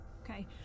Okay